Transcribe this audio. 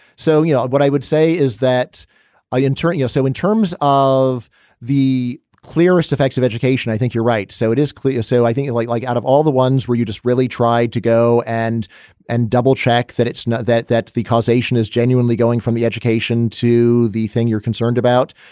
so, yeah. what i would say is that i interpret yo. so in terms of the clearest effects of education, i think you're right. so it is clear. so i think like like. of all the ones where you just really tried to go and and double check that, it's not that that's the causation is genuinely going from the education to the thing you're concerned about,